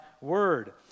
Word